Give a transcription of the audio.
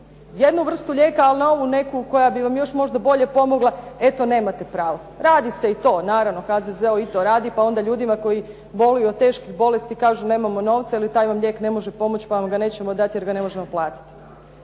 jednu vrstu lijeka, ali na ovu neku koja bi vam još možda bolje pomogla eto nemate pravo. Radi se i to, naravno HZZO i to radi, pa onda ljudima koji boluju od teških bolesti kažu nemamo novca ili taj vam lijek ne može pomoći pa vam ga nećemo dati jer ga ne možemo platiti.